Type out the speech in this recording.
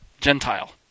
Gentile